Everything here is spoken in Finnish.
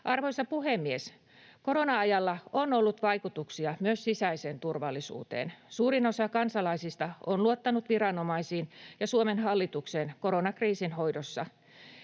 Arvoisa puhemies! Korona-ajalla on ollut vaikutuksia myös sisäiseen turvallisuuteen. Suurin osa kansalaisista on luottanut viranomaisiin ja Suomen hallitukseen koronakriisin hoidossa.